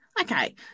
Okay